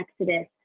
exodus